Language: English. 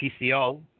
PCO